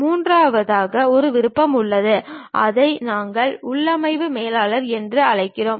மூன்றாவது ஒரு விருப்பம் உள்ளது அதை நாங்கள் உள்ளமைவு மேலாளர் என்று அழைக்கிறோம்